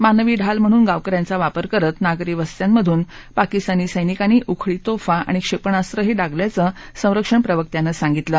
मानवी ढाल म्हणन गावक यांचा वापर करत नागरी वस्त्यांमधन पाकिस्तानी सैनिकांनी उखळी तोफा आणि क्षेपणास्वंही डागल्याचं संरक्षण प्रवक्त्यानं सांगितलं